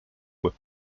were